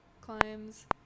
climbs